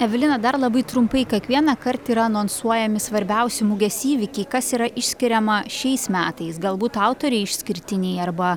evelina dar labai trumpai kiekvienąkart yra anonsuojami svarbiausi mugės įvykiai kas yra išskiriama šiais metais galbūt autoriai išskirtiniai arba